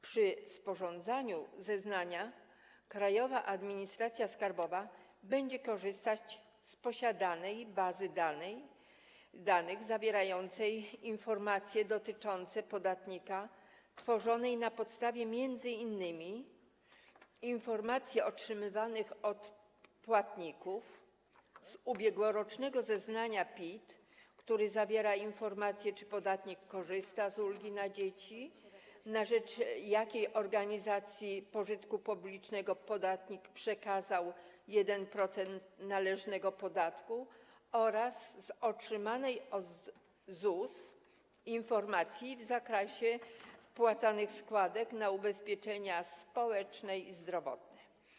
Przy sporządzaniu zeznania Krajowa Administracja Skarbowa będzie korzystać z posiadanej bazy danych zawierającej informacje dotyczące podatnika, tworzonej na podstawie m.in. informacji otrzymywanych od płatników, z ubiegłorocznego zeznania PIT, który zawiera informacje, czy podatnik korzysta z ulgi na dzieci, na rzecz jakiej organizacji pożytku publicznego podatnik przekazał 1% należnego podatku, oraz z otrzymanej od ZUS informacji w zakresie wpłacanych składek na ubezpieczenia społeczne i zdrowotne.